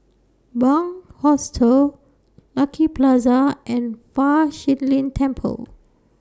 Bunc Hostel Lucky Plaza and Fa Shi Lin Temple